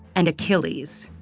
and achilles.